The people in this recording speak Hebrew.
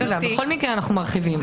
בכל מקרה אנו מרחיבים.